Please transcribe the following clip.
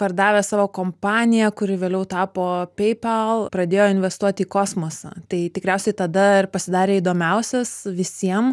pardavęs savo kompaniją kuri vėliau tapo peipal pradėjo investuoti į kosmosą tai tikriausiai tada ir pasidarė įdomiausias visiem